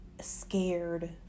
scared